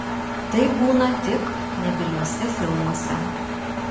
taip būna tik nebyliuosiuose filmuose